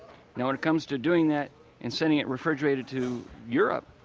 now, when it comes to doing that and sending it refrigerated to europe,